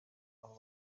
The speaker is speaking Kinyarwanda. abo